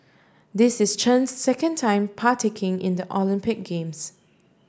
this is Chen's second time partaking in the Olympic games